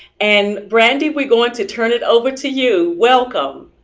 and brandi, we're going to turn it over to you. welcome.